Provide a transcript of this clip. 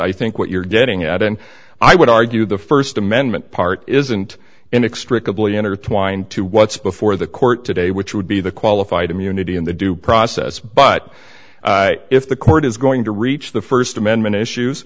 i think what you're getting at and i would argue the first amendment part isn't an extra kabillion are twined to what's before the court today which would be the qualified immunity in the due process but if the court is going to reach the first amendment issues